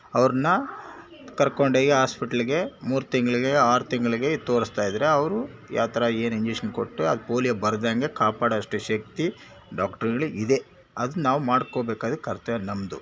ಅವ್ರನ್ನ ಕರ್ಕೊಂಡು ಈಗ ಹಾಸ್ಪೆಟ್ಲಿಗೆ ಮೂರು ತಿಂಗಳಿಗೆ ಆರು ತಿಂಗಳಿಗೆ ತೋರಿಸ್ತಾಯಿದ್ರೆ ಅವರು ಯಾಥರ ಏನು ಇಂಜೆಷನ್ ಕೊಟ್ಟು ಅದು ಪೋಲಿಯೋ ಬರ್ದಂಗೆ ಕಾಪಾಡೊ ಅಷ್ಟು ಶಕ್ತಿ ಡಾಕ್ಟ್ರುಗಳಿಗೆ ಇದೆ ಅದು ನಾವು ಮಾಡಿಕೋಬೇಕಾಗಿರೋ ಕರ್ತವ್ಯ ನಮ್ಮದು